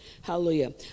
Hallelujah